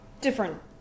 different